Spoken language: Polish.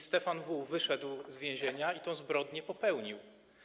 Stefan W. wyszedł z więzienia i tę zbrodnię popełnił.